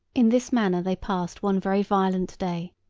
in this manner they passed one very violent day,